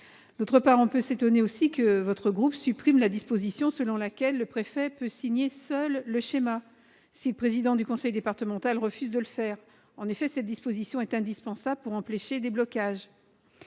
personnes. On peut s'étonner aussi que votre groupe, monsieur Collombat, supprime la disposition selon laquelle le préfet peut signer seul le schéma, si le président du conseil départemental refuse de le faire. En effet, cette disposition est indispensable pour empêcher des blocages.